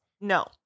No